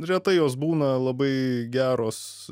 retai jos būna labai geros